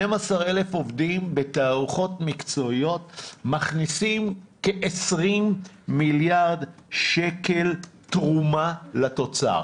12,000 עובדים בתערוכות מקצועיות מכניסים כ-20 מיליארד שקל תרומה לתוצר.